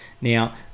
Now